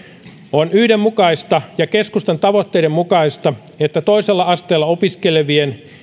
on oikeudenmukaista ja keskustan tavoitteiden mukaista että toisella asteella opiskelevien